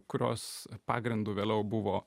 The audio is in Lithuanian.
kurios pagrindu vėliau buvo